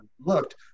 looked